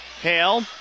Hale